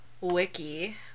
wiki